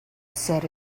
said